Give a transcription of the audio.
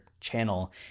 channel